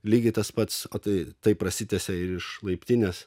lygiai tas pats o tai tai prasitęsia ir iš laiptinės